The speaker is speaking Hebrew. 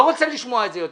לא רוצה לשמוע את זה יותר.